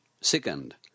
Second